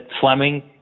Fleming